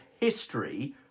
history